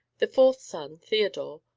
the fourth son, theodore,